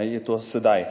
je to sedaj.